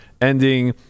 ending